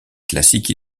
classiques